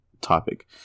topic